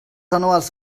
anuals